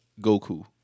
Goku